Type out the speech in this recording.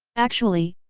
actually,